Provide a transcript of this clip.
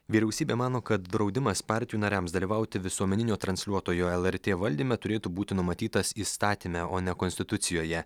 vyriausybė mano kad draudimas partijų nariams dalyvauti visuomeninio transliuotojo lrt valdyme turėtų būti numatytas įstatyme o ne konstitucijoje